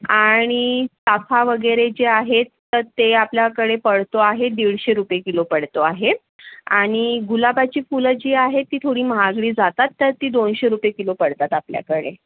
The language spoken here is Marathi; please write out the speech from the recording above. आणि चाफा वगैरे जे आहेत तर ते आपल्याकडे पडतो आहे दीडशे रुपये किलो पडतो आहे आणि गुलाबाची फुलं जी आहेत ती थोडी महागडी जातात तर ती दोनशे रुपये किलो पडतात आपल्याकडे